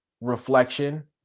reflection